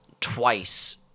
twice